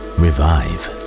revive